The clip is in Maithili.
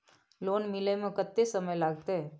लोन मिले में कत्ते समय लागते?